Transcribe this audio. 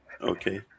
okay